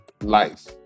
life